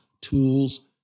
tools